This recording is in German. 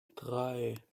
drei